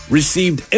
received